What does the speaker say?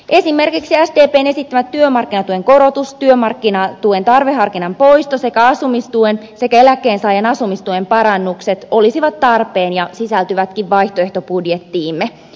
esimerkiksi sdpn esittämät työmarkkinatuen korotus työmarkkinatuen tarveharkinnan poisto sekä asumistuen sekä eläkkeensaajan asumistuen parannukset olisivat tarpeen ja sisältyvätkin vaihtoehtobudjettiimme